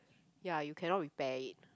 ya you cannot repair it